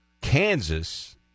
Kansas